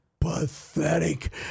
pathetic